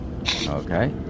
Okay